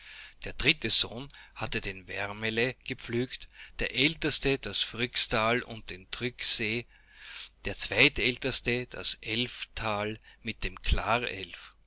der dritte sohn hatte den värmele gepflügt der älteste das frykstal und den tryksee der zweitälteste das älftal mit dem